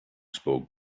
spoke